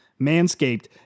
Manscaped